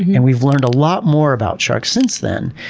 and we've learned a lot more about sharks since then.